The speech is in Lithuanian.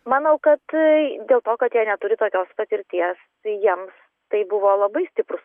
manau kad tai dėl to kad jie neturi tokios patirties jiems tai buvo labai stiprus